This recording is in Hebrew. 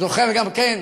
זוכר גם כן,